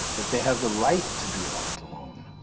that they have the right to be left alone.